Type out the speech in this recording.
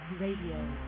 Radio